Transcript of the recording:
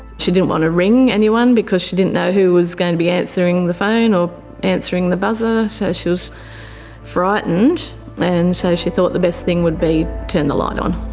she didn't want to ring anyone because she didn't know who was going to be answering the phone or answering the buzzer. so she was frightened and so she thought the best thing would be turn and the light on.